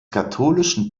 katholischen